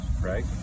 right